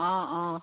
অঁ অঁ